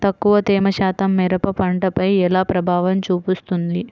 తక్కువ తేమ శాతం మిరప పంటపై ఎలా ప్రభావం చూపిస్తుంది?